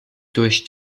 durch